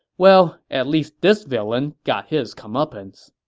well, at least this villain got his comeuppance